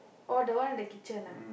orh the one in the kitchen ah